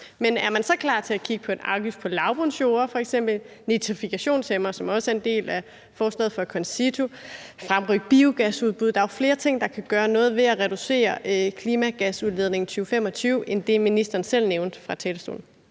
Men er man så klar til at kigge på f.eks. en afgift på lavbundsjorder eller kigge på nitrifikationshæmmere, hvilket også er en del af forslaget fra Concito, eller at fremrykke biogasudbud? Der er jo flere ting, der kan gøre noget for at reducere klimagasudledningen i 2025, end det, ministeren selv nævnte fra talerstolen.